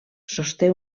sosté